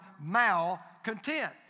malcontent